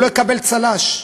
הוא לא יקבל צל"ש.